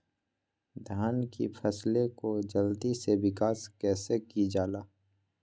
धान की फसलें को जल्दी से विकास कैसी कि जाला?